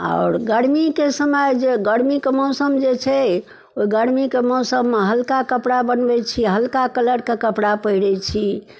आओर गरमीके समय जे गरमीके मौसम जे छै ओहि गरमीके मौसममे हल्का कपड़ा बनबै छी हल्का कलरके कपड़ा पहिरै छी